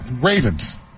Ravens